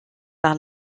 pour